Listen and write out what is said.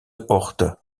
hoogte